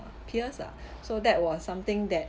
peers ah so that was something that